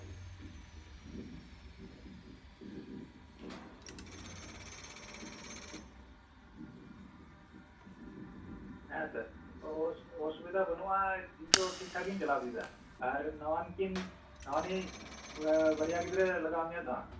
ᱦᱮᱸ ᱥᱟᱨ ᱚᱥᱩᱵᱤᱫᱷᱟ ᱵᱟᱱᱩᱜᱼᱟ ᱤᱧ ᱫᱚ ᱴᱷᱤᱠᱼᱴᱷᱟᱠᱤᱧ ᱪᱟᱞᱟᱣ ᱤᱫᱤᱭᱫᱟ ᱟᱨ ᱱᱟᱣᱟᱱᱠᱤᱱ ᱱᱟᱣᱟᱱᱟᱜ ᱵᱟᱨᱭᱟ ᱜᱤᱫᱽᱨᱟᱹ ᱞᱟᱜᱟᱣ ᱢᱮᱭᱟ ᱛᱚ ᱦᱟᱸᱜ